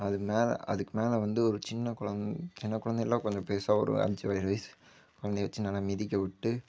அதுமேலே அதுக்கு மேலே வந்து ஒரு சின்ன குழந்தை சின்னக்குழந்தை இல்லை கொஞ்சம் பெருசாக ஒரு அஞ்சு ஏழு வயசு குழந்தையை வச்சு நல்லா மிதிக்கவிட்டு